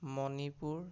Manipur